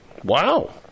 Wow